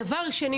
דבר שני,